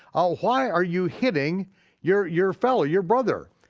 ah why are you hitting your your fellow, your brother?